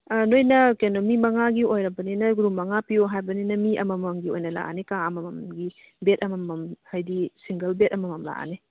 ꯑꯥ ꯅꯣꯏꯅ ꯀꯩꯅꯣ ꯃꯤ ꯃꯉꯥꯒꯤ ꯑꯣꯏꯔꯕꯅꯤꯅ ꯔꯨꯝ ꯃꯉꯥ ꯄꯤꯌꯨ ꯍꯥꯏꯕꯅꯤꯅ ꯃꯤ ꯑꯃꯃꯝꯒꯤ ꯑꯣꯏꯅ ꯂꯥꯛꯑꯅꯤ ꯀꯥ ꯑꯃꯃꯝꯒꯤ ꯕꯦꯗ ꯑꯃꯃꯝ ꯍꯥꯏꯗꯤ ꯁꯤꯡꯒꯜ ꯕꯦꯗ ꯑꯃꯃꯝ ꯂꯥꯛꯑꯅꯤ